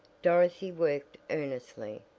dorothy worked earnestly,